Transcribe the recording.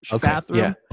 bathroom